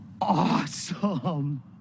awesome